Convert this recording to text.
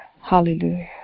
hallelujah